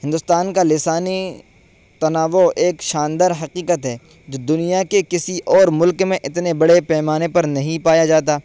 ہندوستان کا لسانی تنوع ایک شاندار حقیقت ہے جو دنیا کے کسی اور ملک میں اتنے بڑے پیمانے پر نہیں پایا جاتا